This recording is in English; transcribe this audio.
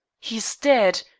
he is dead!